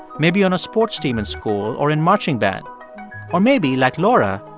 maybe on a sports team in school or in marching band or maybe, like laura,